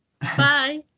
Bye